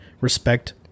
Respect